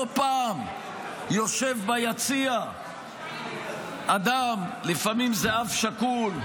לא פעם יושב ביציע אדם, לפעמים זה אב שכול,